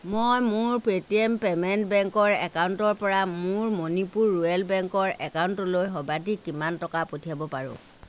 মই মোৰ Paytm payment বেংকৰ একাউণ্টৰ পৰা মোৰ মণিপুৰ ৰুৰেল বেংকৰ একাউণ্টলৈ সৰ্বাধিক কিমান টকা পঠিয়াব পাৰোঁ